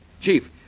Chief